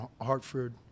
Hartford